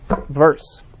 verse